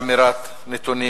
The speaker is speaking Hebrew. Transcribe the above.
אמירת נתונים